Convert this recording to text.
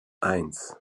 eins